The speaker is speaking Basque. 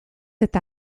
eta